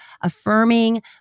affirming